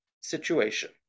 situation